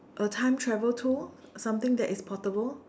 a time travel tool something that is portable